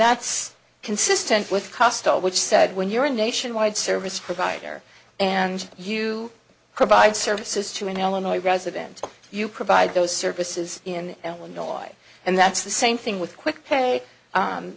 that's consistent with custom which said when you're a nationwide service provider and you provide services to an illinois president you provide those services in illinois and that's the same thing with quick